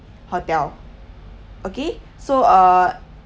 hotel okay so uh